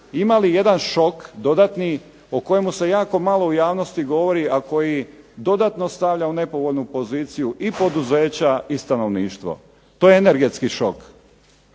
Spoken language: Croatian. imali jedan šok dodatni o kojemu se jako malo u javnosti govori, a koji dodatno stavlja u nepovoljnu poziciju i poduzeća i stanovništvo, to je energetski šok.